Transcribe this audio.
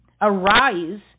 arise